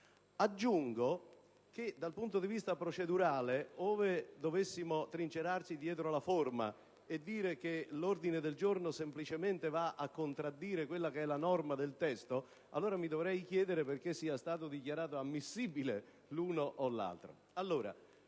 Aggiungo che, dal punto di vista procedurale, ove dovessimo trincerarci dietro la forma e dire che l'ordine del giorno semplicemente va a contraddire la norma del testo, mi dovrei chiedere allora perché sia stato dichiarato ammissibile l'uno o l'altro.